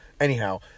Anyhow